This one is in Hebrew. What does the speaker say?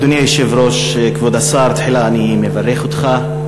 אדוני היושב-ראש, כבוד השר, תחילה אני מברך אותך.